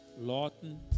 Lawton